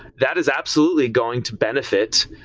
that is absolutely going to benefit.